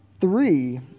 Three